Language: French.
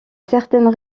certaines